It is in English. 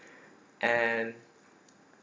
and